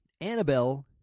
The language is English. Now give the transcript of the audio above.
Annabelle